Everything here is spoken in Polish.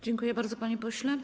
Dziękuję bardzo, panie pośle.